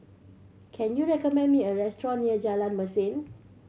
can you recommend me a restaurant near Jalan Mesin